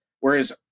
Whereas